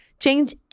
change